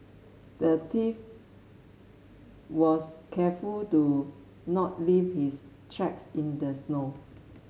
the thief was careful to not leave his tracks in the snow